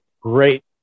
great